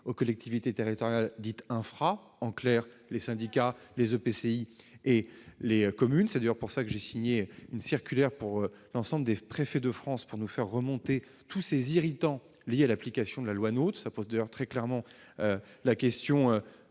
aux collectivités territoriales dites « infra », à savoir les syndicats, les EPCI et les communes. C'est d'ailleurs pour cette raison que j'ai signé une circulaire destinée à l'ensemble des préfets de France, qui doivent faire remonter tous les « irritants » liés à l'application de la loi NOTRe. La situation pose d'ailleurs très clairement la question